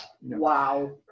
wow